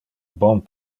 bon